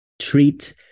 treat